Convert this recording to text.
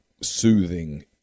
soothing